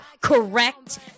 correct